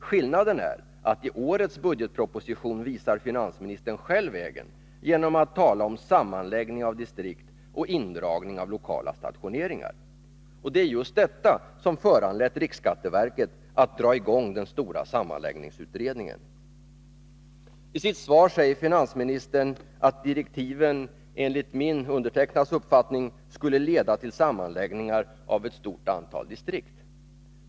Skillnaden är att i årets budgetproposition visar finansministern själv vägen genom att tala om sammanläggning av distrikt och indragning av lokala stationeringar. Och det är just detta som föranlett riksskatteverket att dra i gång den stora sammanläggningsutredningen. I sitt svar säger finansministern att direktiven enligt interpellantens, dvs. min, uppfattning skulle leda till sammanläggningar av ett stort antal distrikt.